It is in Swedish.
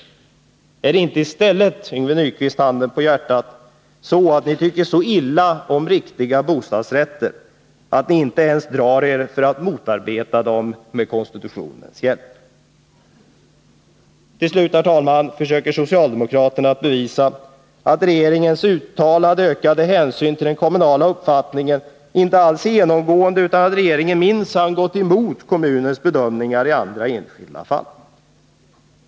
Är det inte i stället så — handen på hjärtat, Yngve Nyquist — att ni tycker så illa om riktiga bostadsrätter att ni inte ens drar er för att motarbeta dem med konstitutionens hjälp? Till slut, herr talman, försöker socialdemokraterna bevisa att regeringens uttalade ökade hänsyn till den kommunala uppfattningen inte alls är genomgående, utan att regeringen minsann gått emot kommunernas bedömningar i andra enskilda fall.